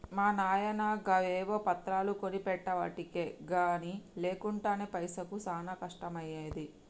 మా నాయిన గవేవో పత్రాలు కొనిపెట్టెవటికె గని లేకుంటెనా పైసకు చానా కష్టమయ్యేది